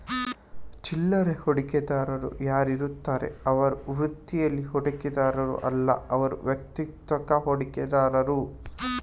ಚಿಲ್ಲರೆ ಹೂಡಿಕೆದಾರ ಯಾರಿರ್ತಾರೆ ಅವ್ರು ವೃತ್ತೀಲಿ ಹೂಡಿಕೆದಾರರು ಅಲ್ಲ ಅವ್ರು ವೈಯಕ್ತಿಕ ಹೂಡಿಕೆದಾರರು